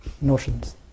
notions